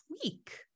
tweak